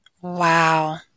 Wow